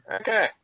Okay